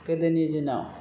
गोदोनि दिनाव